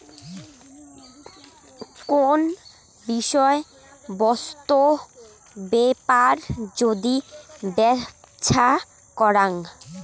কোন বিষয় বস্তু বেপার যদি ব্যপছা করাং